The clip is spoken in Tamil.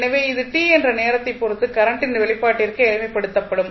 எனவே இது t என்ற நேரத்தை பொறுத்து கரண்டின் வெளிப்பாட்டிற்கு எளிமைப்படுத்தப்படும்